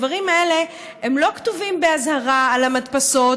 הדברים האלה לא כתובים באזהרה על המדפסות,